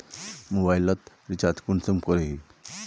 Mobile लोत recharge कुंसम करोही?